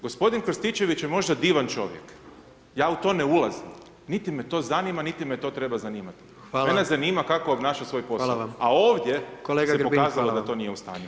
Gospodin Krstičević je možda divan čovjek, ja u to ne ulazim, niti me to zanima, niti me to treba zanimati [[Upadica: Hvala.]] mene zanima kako obnaša svoj posao [[Upadica: Hvala vam, kolega Grbin.]] a ovdje se pokazalo da to nije u stanju.